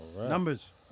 Numbers